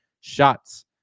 shots